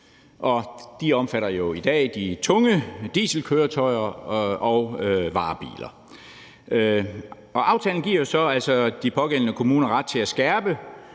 De omfatter i dag de tunge dieselkøretøjer og varebiler. Aftalen giver de pågældende kommuner ret til at skærpe